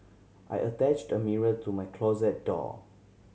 I attached a mirror to my closet door